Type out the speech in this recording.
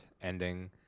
ending